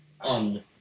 on